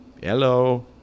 Hello